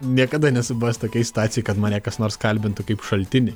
niekada nesu buvęs tokioj situacijoj kad mane kas nors kalbintų kaip šaltinį